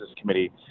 Committee